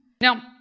Now